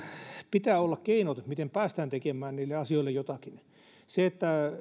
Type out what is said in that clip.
pitää olla keinot miten päästään tekemään niille asioille jotakin